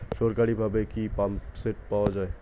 সরকারিভাবে কি পাম্পসেট পাওয়া যায়?